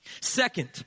Second